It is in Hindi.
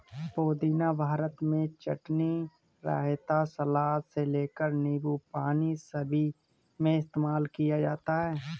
पुदीना भारत में चटनी, रायता, सलाद से लेकर नींबू पानी सभी में इस्तेमाल किया जाता है